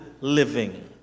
living